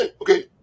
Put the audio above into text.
okay